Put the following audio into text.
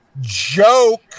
joke